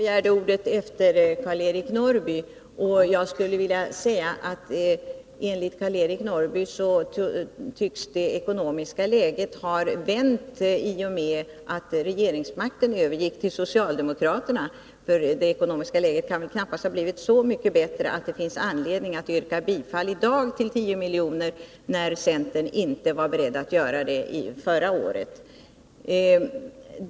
Herr talman! Jag begärde ordet efter Karl-Eric Norrby. Enligt Karl-Eric Norrby tycks det ekonomiska läget ha vänt i och med att regeringsmakten övergick till socialdemokraterna. Det ekonomiska läget kan väl knappast ha blivit så mycket bättre att det finns anledning att i dag yrka bifall till 10 miljoner när centern inte var beredd att göra det i våras.